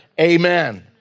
Amen